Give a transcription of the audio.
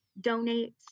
donate